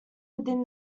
within